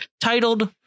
titled